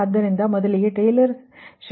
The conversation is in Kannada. ಆದುದರಿ0ದ ಮೊದಲಿಗೆ ಟೈಲರ್ ಶ್ರೇಣಿಯಲ್ಲಿ ವಿಸ್ತರಿಸುವ